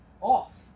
off